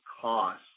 cost